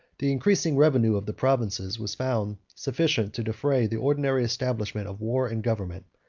the increasing revenue of the provinces was found sufficient to defray the ordinary establishment of war and government,